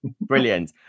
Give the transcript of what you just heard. brilliant